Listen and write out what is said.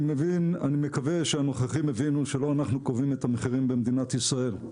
אני מקווה שהנוכחים הבינו שלא אנחנו קובעים את המחירים במדינת ישראל.